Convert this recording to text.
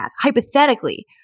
hypothetically